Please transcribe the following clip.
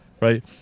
right